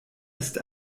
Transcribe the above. ist